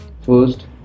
First